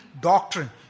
doctrine